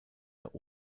der